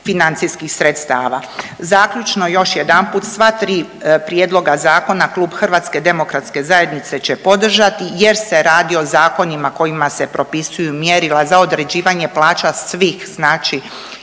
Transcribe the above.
financijskih sredstava. Zaključno još jedanput, sva tri prijedloga zakona Klub HDZ-a će podržati jer se radi o zakonima kojima se propisuju mjerila za određivanje plaća svih, znači